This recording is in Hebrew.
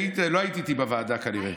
לא היית איתי בוועדה, כנראה.